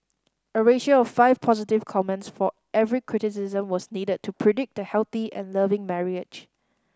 a ratio of five positive comments for every criticism was needed to predict the healthy and loving marriage